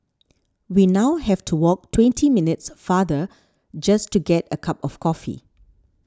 we now have to walk twenty minutes farther just to get a cup of coffee